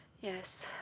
Yes